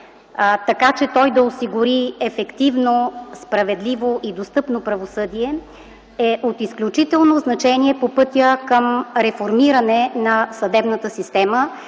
така че той да осигури ефективно, справедливо и достъпно правосъдие, е от изключително значение по пътя към реформиране на съдебната система,